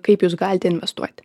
kaip jūs galite investuoti